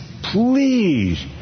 please